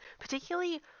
particularly